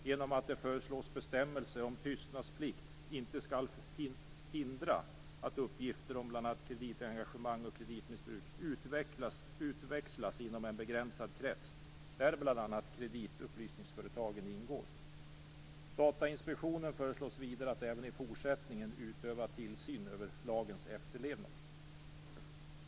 Det föreslås nämligen att bestämmelser om tystnadsplikt inte skall hindra att uppgifter om bl.a. kreditengagemang och kreditmissbruk utväxlas inom en begränsad krets där bl.a. kreditupplysningsföretagen ingår. Datainspektionen föreslås vidare även i fortsättningen utöva tillsyn över lagens efterlevnad.